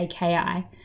AKI